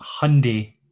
Hyundai